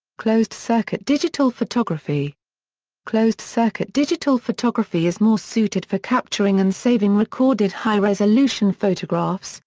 closed-circuit digital photography closed-circuit digital photography is more suited for capturing and saving recorded high-resolution photographs,